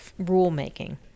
rulemaking